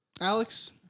Alex